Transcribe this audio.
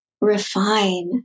refine